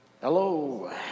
Hello